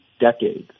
decades